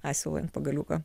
asilui ant pagaliuko